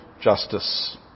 justice